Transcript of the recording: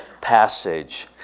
passage